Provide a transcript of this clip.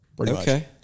Okay